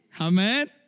Amen